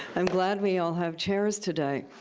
i'm glad we all have chairs today.